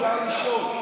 אפשר לשאול.